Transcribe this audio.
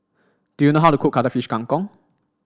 do you know how to cook Cuttlefish Kang Kong